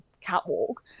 catwalk